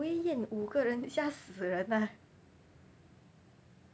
验五个吓死人啊